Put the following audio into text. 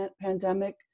pandemic